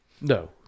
no